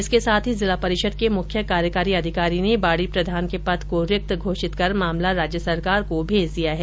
इसके साथ ही जिला परिषद के मुख्य कार्यकारी अधिकारी ने बाडी प्रधान के पद को रिक्त घोषित कर मामला राज्य सरकार को भेज दिया है